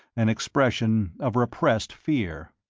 an expression of repressed fear.